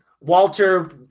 Walter